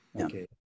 okay